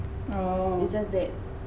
oh